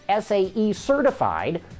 SAE-certified